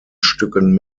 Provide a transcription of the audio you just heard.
stücken